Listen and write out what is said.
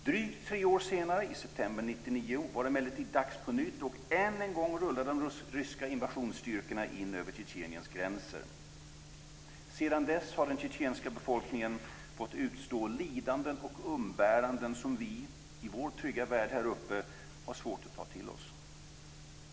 Drygt tre år senare, i september 1999, var det emellertid dags på nytt, och än en gång rullade de ryska invasionsstyrkorna in över Tjetjeniens gränser. Sedan dess har den tjetjenska befolkningen fått utstå lidanden och umbäranden som vi, i vår trygga värld, har svårt att ta till oss.